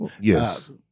Yes